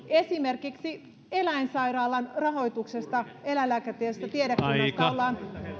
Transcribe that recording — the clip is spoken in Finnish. esimerkiksi eläinsairaalan rahoituksesta eläinlääketieteellisestä tiedekunnasta ollaan